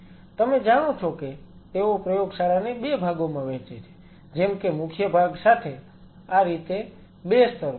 તમે જાણો છો કે તેઓ પ્રયોગશાળાને 2 ભાગોમાં વહેચે છે જેમ કે મુખ્ય ભાગ સાથે આ રીતે 2 સ્તર પર